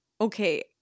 okay